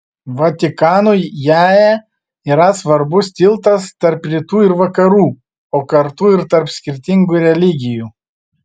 vatikanui jae yra svarbus tiltas tarp rytų ir vakarų o kartu ir tarp skirtingų religijų